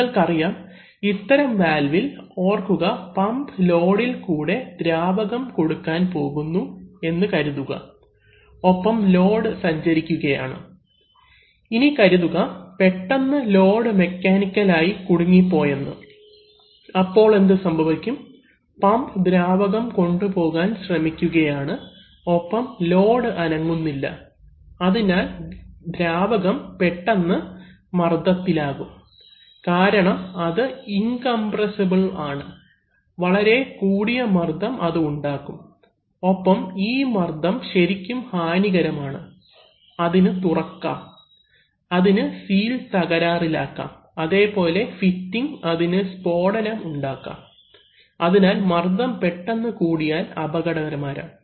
നിങ്ങൾക്കറിയാം ഇത്തരം വാൽവിൽ ഓർക്കുക പമ്പ് ലോഡിൽ കൂടെ ദ്രാവകം കൊടുക്കാൻ പോകുന്നു എന്ന് കരുതുക ഒപ്പം ലോഡ് സഞ്ചരിക്കുകയാണ് ഇനി കരുതുക പെട്ടെന്ന് ലോഡ് മെക്കാനിക്കൽ ആയി കുടുങ്ങി പോയെന്ന് അപ്പോൾ എന്തു സംഭവിക്കും പമ്പ് ദ്രാവകം കൊണ്ടുപോകാൻ ശ്രമിക്കുകയാണ് ഒപ്പം ലോഡ് അനങ്ങുന്നില്ല അതിനാൽ ദ്രാവകം പെട്ടെന്ന് മർദ്ദത്തിൽ ആകും കാരണം അത് ഇൻകംപ്രെസ്സിബിൽ ആണ് വളരെ കൂടിയ മർദ്ദം അത് ഉണ്ടാകും ഒപ്പം ഈ മർദ്ദം ശരിക്കും ഹാനികരമാണ് അതിന് തുറക്കാം അതിനു സീൽ തകരാറിലാക്കാം അതേപോലെ ഫിറ്റിംഗ് അതിന് സ്ഫോടനം ഉണ്ടാക്കാം അതിനാൽ മർദ്ദം പെട്ടെന്ന് കൂടിയാൽ അപകടകരമാണ്